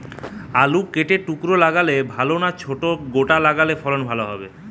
আলু কেটে টুকরো লাগালে ভাল না ছোট গোটা লাগালে ফলন ভালো হবে?